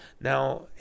Now